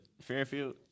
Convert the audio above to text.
Fairfield